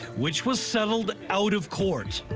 which was settled out of court.